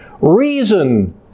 reason